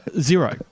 zero